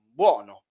buono